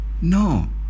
No